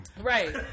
right